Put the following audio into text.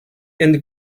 and